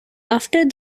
after